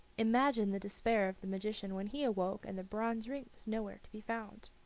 imagine the despair of the magician when he awoke and the bronze ring was nowhere to be found!